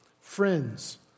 friends